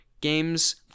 Games